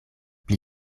pli